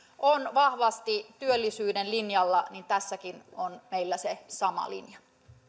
on vahvasti työllisyyden linjalla niin tässäkin on meillä se sama linja